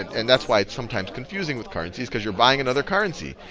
and that's why it's sometimes confusing with currencies, because you're buying another currency.